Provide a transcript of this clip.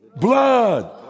Blood